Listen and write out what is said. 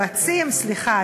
סליחה,